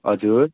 हजुर